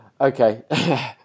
Okay